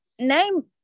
name